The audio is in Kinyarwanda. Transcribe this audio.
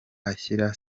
ashyira